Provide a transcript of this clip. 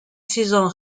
saison